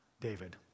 David